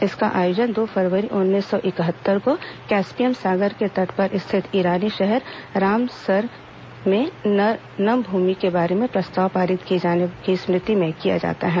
इसका आयोजन दो फरवरी उन्नीस सौ इकहत्तर को कैस्पियन सागर के तट पर स्थित ईरानी शहर रामसर में नम भूमि के बारे में प्रस्ताव पारित किये जाने की स्मृति में किया जाता है